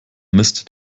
mist